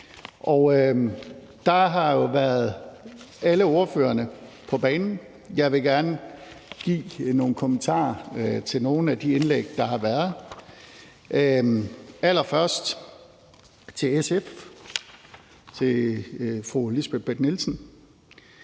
har jo været på banen. Jeg vil gerne give nogle kommentarer til nogle af de indlæg, der har været. Allerførst vil jeg sige til SF og fru Lisbeth Bech-Nielsen,